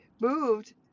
moved